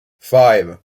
five